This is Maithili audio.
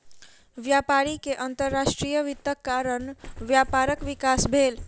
व्यापारी के अंतर्राष्ट्रीय वित्तक कारण व्यापारक विकास भेल